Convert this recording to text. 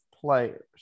players